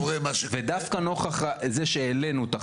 ודווקא נוכח זה שהעלינו את החשש,